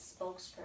spokesperson